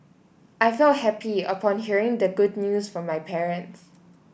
I felt happy upon hearing the good news from my parents